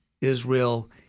Israel